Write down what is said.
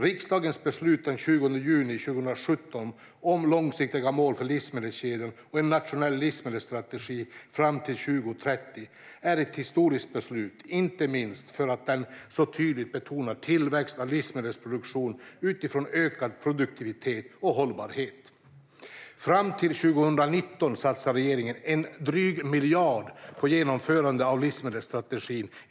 Riksdagens beslut den 20 juni 2017 om långsiktiga mål för livsmedelskedjan och en nationell livsmedelsstrategi fram till 2030 är ett historiskt beslut, inte minst för att den så tydligt betonar tillväxt av livsmedelsproduktionen utifrån ökad produktivitet och hållbarhet. Fram till 2019 satsar regeringen en dryg miljard på genomförandet av livsmedelsstrategin.